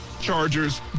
Chargers